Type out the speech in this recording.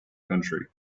country